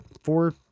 four